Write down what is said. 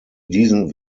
diesen